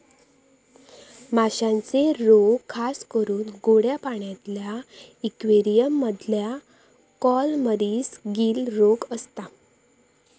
माश्यांचे रोग खासकरून गोड्या पाण्यातल्या इक्वेरियम मधल्या कॉलमरीस, गील रोग असता